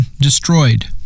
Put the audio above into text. destroyed